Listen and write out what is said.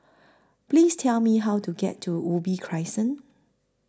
Please Tell Me How to get to Ubi Crescent